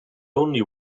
only